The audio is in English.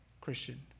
Christian